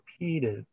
repeated